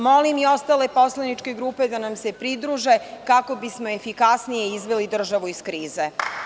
Molim i ostaleposlaničke grupe da nam se pridruže kako bismo efikasnije izveli državu iz krize.